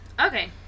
Okay